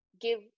give